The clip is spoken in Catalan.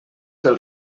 del